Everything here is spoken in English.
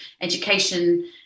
education